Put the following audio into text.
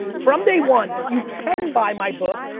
from day one, you can buy my book,